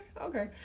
okay